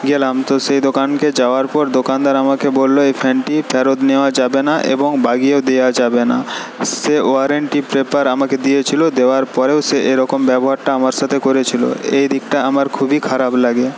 গেলাম তো সেই দোকানে যাওয়ার পর দোকানদার আমাকে বললো এই ফ্যানটি ফেরত নেওয়া যাবেনা এবং দেওয়া যাবেনা সে ওয়ারেন্টি পেপার আমাকে দিয়েছিলো দেওয়ার পরেও সে এরকম ব্যবহারটা আমার সাথে করেছিলো এ দিকটা আমার খুবই খারাপ লাগে